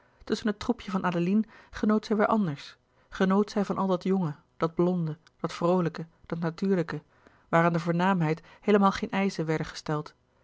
tusschen het troepje van adeline genoot zij weêr anders genoot zij van al dat jonge dat blonde dat vroolijke dat natuurlijke waar aan de voornaamheid heelemaal geene eischen werden gesteld